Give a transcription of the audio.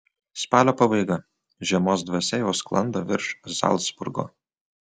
spalio pabaiga žiemos dvasia jau sklando virš zalcburgo